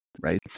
right